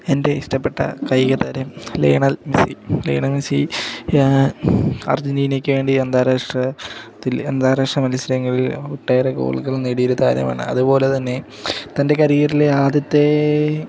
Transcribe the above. എൻ്റെ ഇഷ്ടപ്പെട്ട കായിക താരം ലേണൽ മെസി ലേണൽ മെസി അർജൻറ്റീനക്ക് വേണ്ടി അന്താരാഷ്ട്ര ത്തില് അന്താരാഷ്ട്ര മത്സരങ്ങളിൽ ഒട്ടേറെ ഗോളുകൾ നേടിയൊരു താരമാണ് അതുപോലെത്തന്നെ തൻ്റെ കരിയറിലെ ആദ്യത്തെ